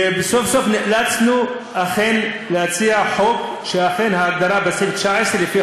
וסוף-סוף נאלצנו להציע חוק שההגדרה בסעיף 19 לפי